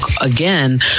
again